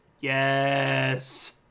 yes